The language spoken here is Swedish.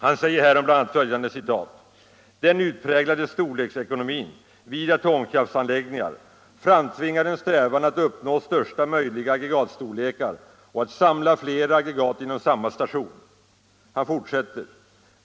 Han säger härom bl.a. följande: ”Den utpräglade storleksekonomin vid atomkraftsanläggningar framtvingar en strävan att uppnå största möjliga aggregatstorlekar och att samla flera aggregat inom samma station —-—--.